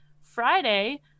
Friday